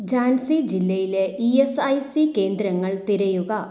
ഝാൻസി ജില്ലയിലെ E S I C കേന്ദ്രങ്ങൾ തിരയുക